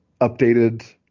updated